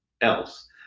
else